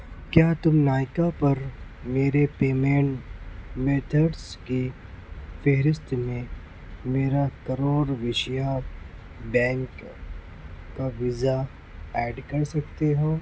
کیا تم نائکا پرمیرے پیمینٹ میتھڈس کے فہرست میں میرا کرور ویشیہ بینک کا ویزا ایڈ کر سکتے ہو